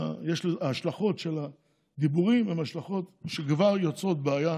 ההשלכות של הדיבורים הן השלכות שכבר יוצרות בעיה